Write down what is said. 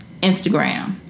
Instagram